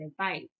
advice